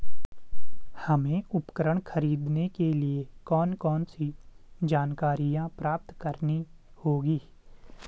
हमें उपकरण खरीदने के लिए कौन कौन सी जानकारियां प्राप्त करनी होगी?